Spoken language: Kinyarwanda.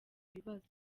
ibibazo